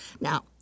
Now